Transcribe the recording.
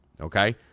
okay